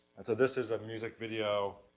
and so this is a music video.